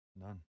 None